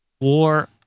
War